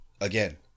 Again